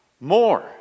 more